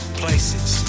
places